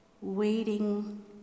waiting